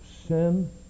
Sin